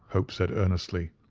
hope said, earnestly.